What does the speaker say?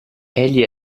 egli